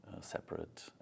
separate